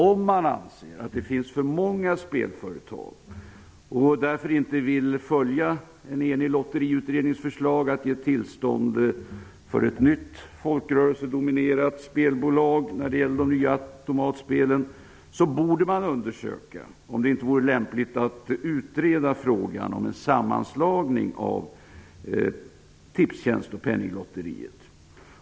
Om man anser att det finns för många spelföretag och därför inte vill följa en enig lotteriutrednings förslag, att ge tillstånd för ett nytt folkrörelsedominerat spelbolag för de nya automatspelen, borde man undersöka om det inte vore lämpligt att utreda frågan om en sammanslagning av Tipstjänst och Penninglotteriet.